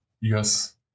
Yes